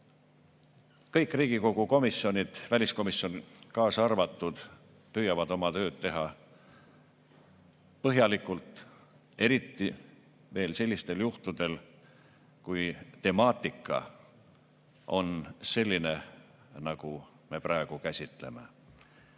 Kõik Riigikogu komisjonid, väliskomisjon kaasa arvatud, püüavad oma tööd teha põhjalikult, eriti veel sellistel juhtudel, kui temaatika on selline, nagu me praegu käsitleme.